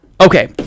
Okay